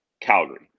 Calgary